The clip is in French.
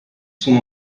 son